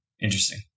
Interesting